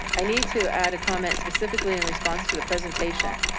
i need to add a comment specifically in response to the presentation.